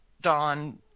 dawn